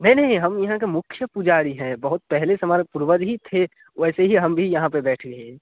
नहीं नहीं हम यहाँ के मुख्य पूजारी हैं बहुत पहले से हमारा पूर्वज ही थे वैसे ही हम भी यहाँ पर बैठे हैं